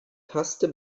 paste